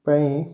ପାଇଁ